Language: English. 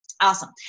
Awesome